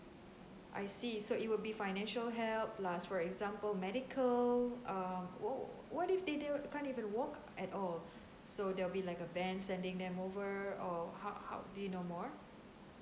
I see so it will be financial help like for example medical um wha~ what if they they can't even walk at all so there will be like a van sending them over or ho~ how do you know more